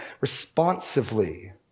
responsively